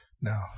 No